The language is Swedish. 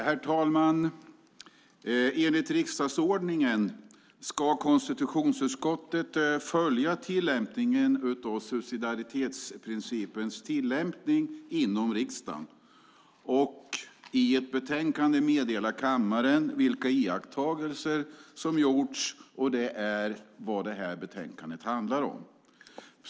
Herr talman! Enligt riksdagsordningen ska konstitutionsutskottet följa subsidiaritetsprincipens tillämpning inom riksdagen och i ett betänkande meddela kammaren vilka iakttagelser som har gjorts, och det är vad det här betänkandet handlar om.